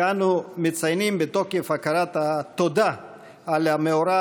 שאנו מציינים בתוקף הכרת התודה על המאורע